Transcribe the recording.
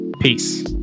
Peace